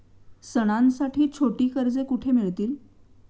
सणांसाठी छोटी कर्जे कुठे मिळतील?